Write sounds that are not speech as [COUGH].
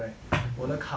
[COUGHS]